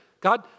God